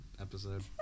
episode